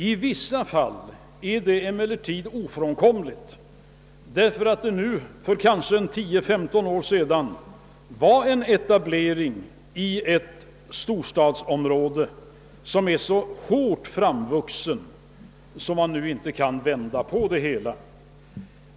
I vissa fall är det emellertid ofrånkomligt, därför att det för kanske 10—15 år sedan gjordes en etablering i ett storstadsområde, som växt fast så hårt att man inte nu kan vända på det hela.